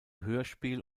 hörspiel